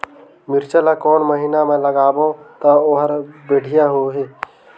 मिरचा ला कोन महीना मा लगाबो ता ओहार बेडिया होही?